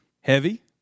Heavy